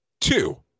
two